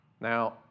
Now